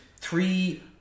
three